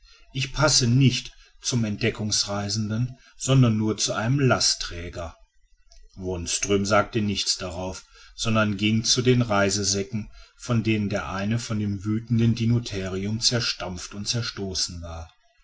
ich passe nicht zum entdeckungsreisenden sonder nur zu einem lastträger wonström sagte nichts darauf sondern ging zu den reisesäcken von denen der eine von dem wütenden dinotherium zerstampft und zerstoßen war